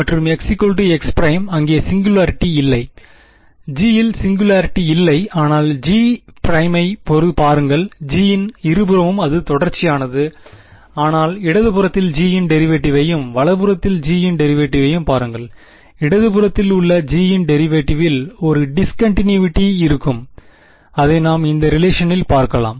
மற்றும் x x′ அங்கே singularity இல்லை G இல் சிங்குலாரிட்டி இல்லை ஆனால் G' ஐப் பாருங்கள்G இன் இருபுறமும் இது தொடர்ச்சியானது ஆனால் இடது புறத்தில் G இன் டெரிவேடிவ்வையும் வலது புறத்தில் G இன் டெரிவேட்டிவையும் பாருங்கள் இடதுபுறத்தில் உள்ள G ன் டெரிவேடிவில் ஒரு டிஸ்கன்டினிவிட்டி இருக்கும் அதை நாம் இந்த ரிலேஷனில் பார்க்கலாம்